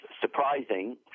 surprising